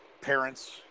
parents